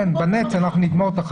גם אם היינו פותרים את השלושה הימים